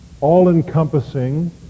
all-encompassing